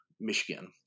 Michigan